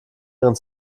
ihren